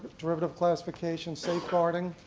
derivative classification, safeguarding,